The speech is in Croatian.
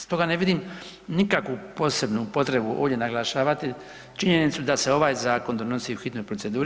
Stoga ne vidim nikakvu posebnu potrebu ovdje naglašavati činjenicu da se ovaj zakon donosi u hitnoj proceduri.